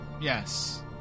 Yes